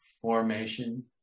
formation